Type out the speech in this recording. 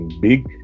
big